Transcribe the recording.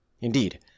Indeed